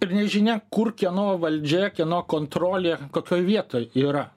ir nežinia kur kieno valdžia kieno kontrolė kokioj vietoj yra